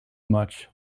much